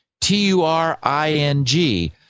T-U-R-I-N-G